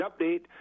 update